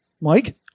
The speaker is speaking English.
Mike